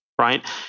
right